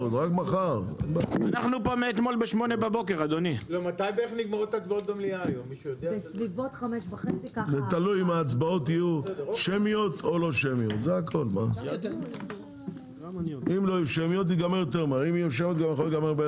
בשעה 11:51.